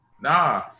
Nah